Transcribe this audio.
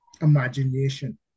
imagination